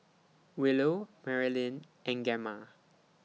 Willow Marylyn and Gemma